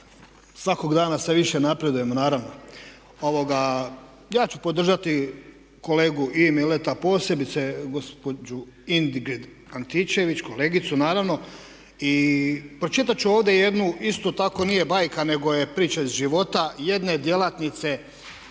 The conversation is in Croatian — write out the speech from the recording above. svakog dana sve više napredujemo naravno, ovoga, ja ću podržati kolegu i Mileta i posebice gospođu Ingrid Antičević, kolegicu naravno i pročitat ću ovdje jednu isto tako nije bajka nego je priča iz života jedne djelatnice